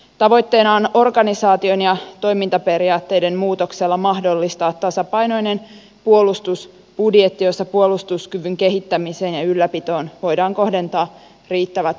tavoitteena on organisaation ja toimintaperiaatteiden muutoksella mahdollistaa tasapainoinen puolustusbudjetti jossa puolustuskyvyn kehittämiseen ja ylläpitoon voidaan kohdentaa riittävät resurssit